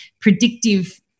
predictive